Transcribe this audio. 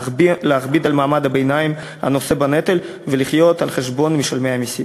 להכביד על מעמד הביניים הנושא בנטל ולחיות על חשבון משלמי המסים?